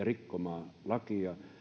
rikkomaan lakia